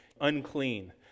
unclean